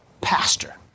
pastor